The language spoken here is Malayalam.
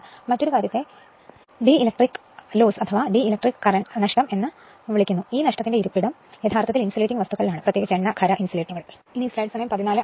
ഇനി മറ്റൊന്ന് ഡൈ ഇലക്ട്രിക് നഷ്ടം എന്ന് വിളിക്കുന്നു ഇത് പ്രധാനമായും കാണപ്പെടുന്നത് വിദ്യുത്രോധന വസ്തുക്കളിലാണ് പ്രത്യേകിച്ച് എണ്ണ ഖര വിദ്യുത്രോധന വസ്തുക്കളിൽ